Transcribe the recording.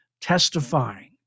Testifying